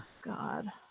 God